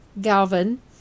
Galvin